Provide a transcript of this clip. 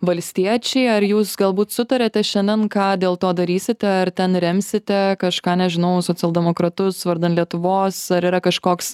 valstiečiai ar jūs galbūt sutarėte šiandien ką dėl to darysite ar ten remsite kažką nežinau socialdemokratus vardan lietuvos ar yra kažkoks